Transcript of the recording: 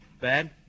Bad